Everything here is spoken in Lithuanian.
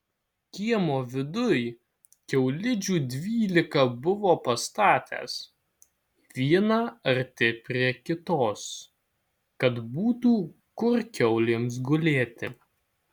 kiemo viduj kiaulidžių dvylika buvo pastatęs vieną arti prie kitos kad būtų kur kiaulėms gulėti